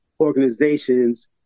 organizations